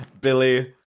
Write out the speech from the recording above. Billy